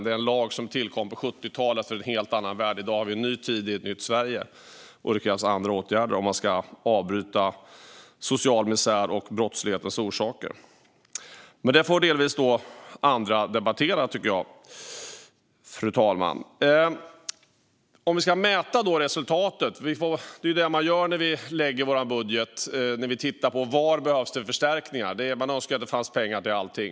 Vi har en lag som tillkom på 70-talet som används i en helt annan värld. I dag har vi en ny tid i ett nytt Sverige. Andra åtgärder krävs om man ska avbryta social misär och brottslighetens orsaker. Detta tycker jag dock att delvis andra får debattera, fru talman. Låt oss mäta resultatet, vilket är vad man gör när man lägger fram en budget och tittar på var förstärkningar behövs. Man önskar ju att det finns pengar till allting.